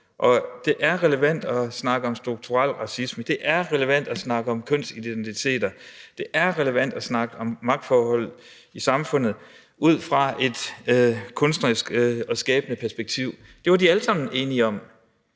at det er relevant at snakke om strukturel racisme, at det er relevant at snakke om kønsidentiteter, at det er relevant at snakke om magtforhold i samfundet ud fra et kunstnerisk og skabende perspektiv. Det var de alle sammen enige om.